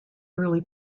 early